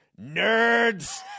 nerds